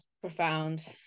profound